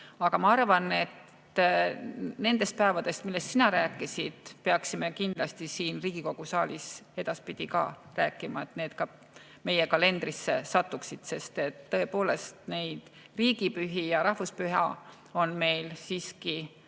Aga ma arvan, et ka nendest päevadest, millest sina rääkisid, peaksime kindlasti siin Riigikogu saalis edaspidi rääkima, et need ka meie kalendrisse pandaks. Tõepoolest, riigipühi ja rahvuspühi on meil siiski